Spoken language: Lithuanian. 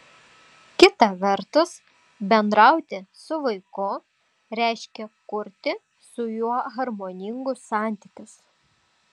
kita vertus bendrauti su vaiku reiškia kurti su juo harmoningus santykius